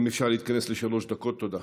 אם אפשר להתכנס לשלוש דקות, תודה.